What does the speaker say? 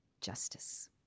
justice